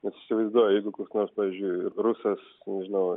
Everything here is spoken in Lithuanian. nes įsivaizduoju jeigu koks nors pavyzdžiui rusas nežinau